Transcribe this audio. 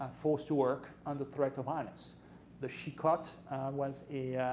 forced to work under threat of violence the chicotte was